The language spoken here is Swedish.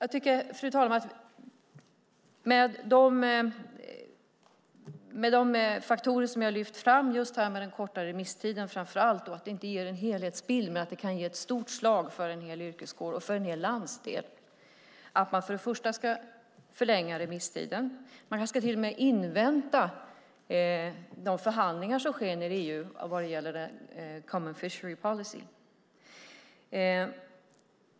Fru talman! Med tanke på de faktorer jag lyft fram, framför allt den korta remisstiden och att det inte ger en helhetsbild men kan ge ett stort slag för en hel yrkeskår och en hel landsdel, vill jag säga att man kanske för det första ska förlänga remisstiden. Kanske ska man till och med invänta de förhandlingar som sker i EU när det gäller Common Fisheries Policy.